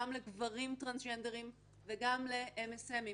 גם לגברים טרנסג'נדרים וגם לאם.אס.אמים